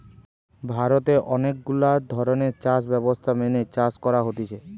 ভারতে অনেক গুলা ধরণের চাষ ব্যবস্থা মেনে চাষ করা হতিছে